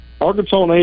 Arkansas